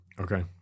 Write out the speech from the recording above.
Okay